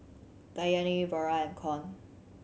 Danyelle Vara and Keon